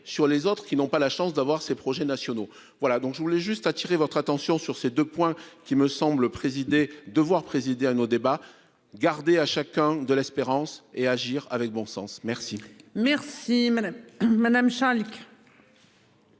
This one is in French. re-sur les autres qui n'ont pas la chance d'avoir ces projets nationaux. Voilà donc je voulais juste attirer votre attention sur ces 2 points qui me semblent présidé devoir présider à nos débats garder à chacun de l'espérance et agir avec bon sens. Merci. Merci madame madame